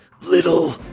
little